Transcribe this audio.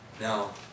Now